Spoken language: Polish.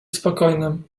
spokojnym